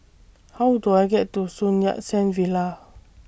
How Do I get to Sun Yat Sen Villa